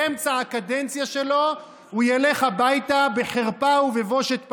באמצע הקדנציה שלו הוא ילך הביתה בחרפה ובבושת פנים.